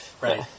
right